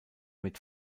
mit